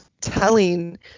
telling